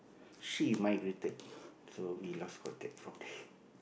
she migrated so we lost contact from